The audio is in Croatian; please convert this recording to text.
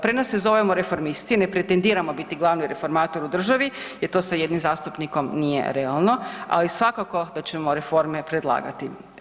Premda se zovemo Reformisti ne pretendiramo biti glavni reformator u državi jer to sa jednim zastupnikom nije realno, ali svakako da ćemo reforme predlagati.